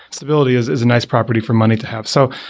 stability is is nice property for money to have. so